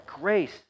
grace